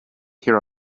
here